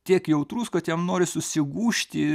tiek jautrus kad jam noris susigūžti